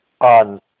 on